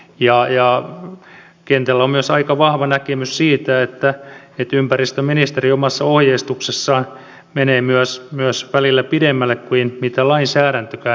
ja kentällä on myös aika vahva näkemys siitä että ympäristöministeriö omassa ohjeistuksessaan menee myös välillä pidemmälle kuin lainsäädäntökään edellyttää